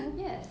yes